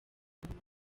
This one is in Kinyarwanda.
umuntu